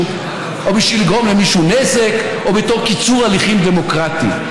או בשביל לגרום למישהו נזק או בתור קיצור הליכים דמוקרטיים,